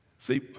See